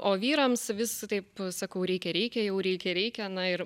o vyrams vis taip sakau reikia reikia jau reikia reikia na ir